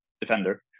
defender